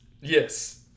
Yes